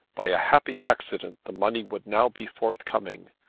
by a happy accident the money would now be forthcoming.